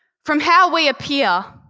from how we appear